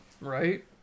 Right